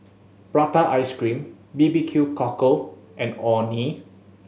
prata ice cream B B Q Cockle and Orh Nee